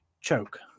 Choke